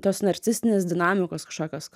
tos narcisistinės dinamikos kažkokios